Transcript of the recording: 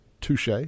Touche